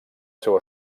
seu